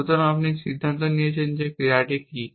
সুতরাং আপনি সিদ্ধান্ত নিয়েছেন যে ক্রিয়াটি কী